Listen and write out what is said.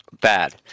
bad